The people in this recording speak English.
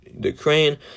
Ukraine